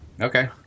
Okay